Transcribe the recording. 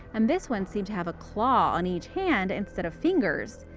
and this one seemed to have a claw on each hand instead of fingers.